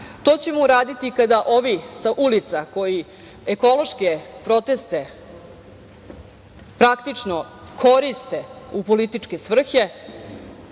ćemo uraditi kada ovi sa ulica koji ekološke proteste praktično koriste u političke svrhe,